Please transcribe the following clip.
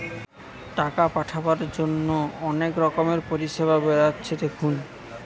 টাকা পাঠাবার জন্যে অনেক রকমের পরিষেবা বেরাচ্ছে দেখুন